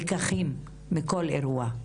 לקחים שנלקחים מכל אירוע.